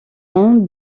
nom